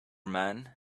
man